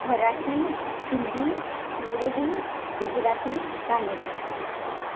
मराठी हिंदी इंग्रजी गुजराती कानडी